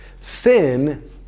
Sin